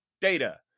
data